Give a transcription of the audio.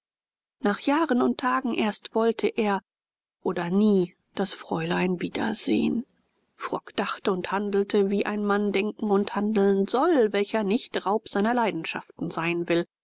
nach jahren und tagen erst wollte er oder nie das fräulein wiedersehen frock dachte und handelte wie ein mann denken und handeln soll welcher nicht raub seiner leidenschaften sein will